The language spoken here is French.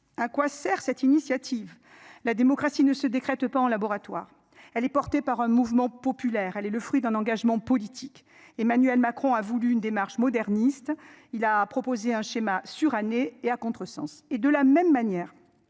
À quoi sert cette initiative. La démocratie ne se décrète pas en laboratoire, elle est portée par un mouvement populaire. Elle est le fruit d'un engagement politique. Emmanuel Macron a voulu une démarche moderniste. Il a proposé un schéma surannée et à contresens et de la même manière.